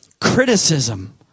Criticism